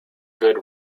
good